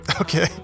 Okay